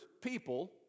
people